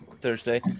Thursday